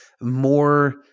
more